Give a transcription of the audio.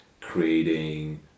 creating